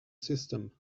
system